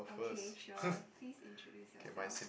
okay sure please introduce yourself